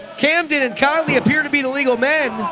camden and konley appear to be the legal men